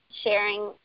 sharing